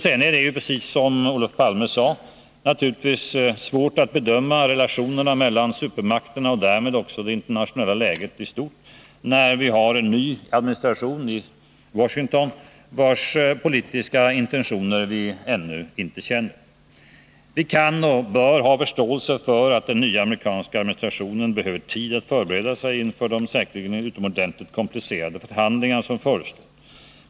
Sedan är det naturligtvis — precis som Olof Palme sade — svårt att bedöma relationerna mellan supermakterna och därmed det internationella läget i stort när vi nu har en ny administration i Washington, vars politiska intentioner vi ännu inte känner. Vi kan och bör ha förståelse för att den nya amerikanska administrationen behöver tid att förbereda sig inför de säkerligen utomordentligt komplicerade förhandlingar som förestår.